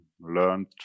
learned